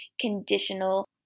conditional